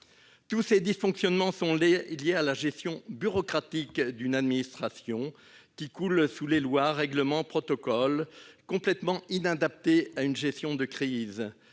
Tous ces dysfonctionnements sont liés à la gestion bureaucratique d'une administration qui croule sous les lois, les règlements, les protocoles, lesquels sont complètement inadaptés à une gestion de crise.